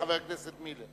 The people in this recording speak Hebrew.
חבר הכנסת מילר.